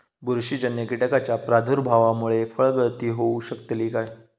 बुरशीजन्य कीटकाच्या प्रादुर्भावामूळे फळगळती होऊ शकतली काय?